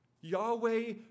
Yahweh